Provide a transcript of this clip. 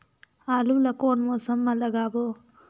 आलू ला कोन मौसम मा लगाबो?